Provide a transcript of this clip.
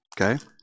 Okay